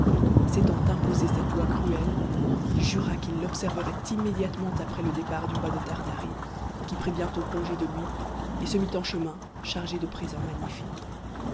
s'étant imposé cette loi cruelle il jura qu'il l'observerait immédiatement après le départ du roi de tartarie qui prit bientôt congé de lui et se mit en chemin chargé de présents magnifiques